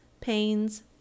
pains